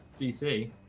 DC